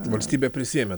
valstybė prisiėmė